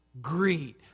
greed